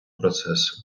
процесу